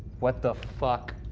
what the fuck.